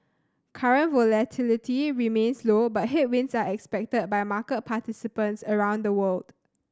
current volatility remains low but headwinds are expected by market participants around the world